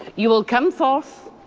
you will come forth.